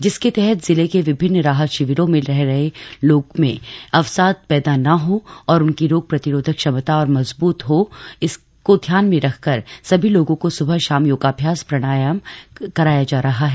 जिसके तहत जिले के विभिन्न राहत शिविरों में रह रहे लोग में अवसाद पैदा न हो और उनकी रोग प्रतिरोधक क्षमता और मजबूत हो इसके ध्यान में रखकर सभी लोगों को सुबह शाम योगाभ्यास प्राणायाम कराया जा रहा है